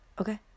okay